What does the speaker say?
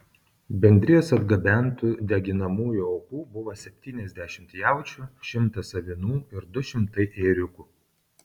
bendrijos atgabentų deginamųjų aukų buvo septyniasdešimt jaučių šimtas avinų ir du šimtai ėriukų